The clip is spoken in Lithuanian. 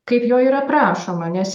kaip jo yra prašoma nes